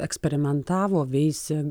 eksperimentavo veisia